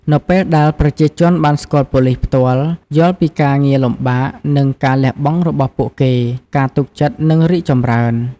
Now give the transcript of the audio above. នៅពេលដែលប្រជាជនបានស្គាល់ប៉ូលីសផ្ទាល់ យល់ពីការងារលំបាក និងការលះបង់របស់ពួកគេ ការទុកចិត្តនឹងរីកចម្រើន។